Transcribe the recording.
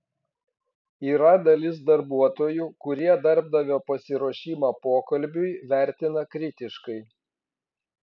yra dalis darbuotojų kurie darbdavio pasiruošimą pokalbiui vertina kritiškai